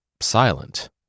Silent